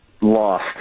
Lost